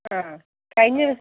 ആ കഴിഞ്ഞ